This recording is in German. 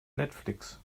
netflix